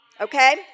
Okay